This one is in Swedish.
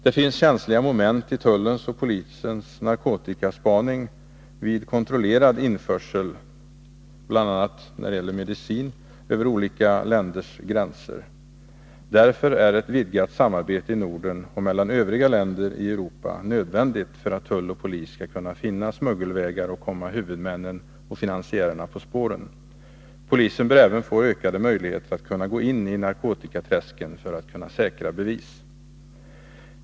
Det finns känsliga moment i tullens och polisens narkotikaspaning vid kontrollerad införsel bl.a. när det gäller medicin över olika länders gränser. Därför är ett vidgat samarbete i Norden och mellan övriga länder i Europa nödvändigt för att tull och polis skall kunna finna smuggelvägar och komma huvudmännen och finansiärerna på spåren. Polisen bör även få ökade möjligheter att kunna gå in i narkotikaträsken för att säkra bevis.